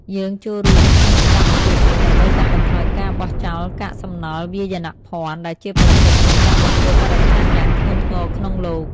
យើងចូលរួមក្នុងសកម្មភាពនេះដើម្បីកាត់បន្ថយការបោះចោលកាកសំណល់វាយនភណ្ឌ ដែលជាប្រភពនៃការបំពុលបរិស្ថានយ៉ាងធ្ងន់ធ្ងរក្នុងលោក។